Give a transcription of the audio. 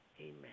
amen